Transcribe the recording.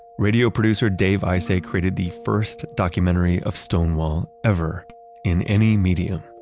radio producer dave isay created the first documentary of stonewall ever in any medium.